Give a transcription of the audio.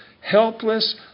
helpless